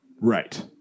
Right